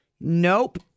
Nope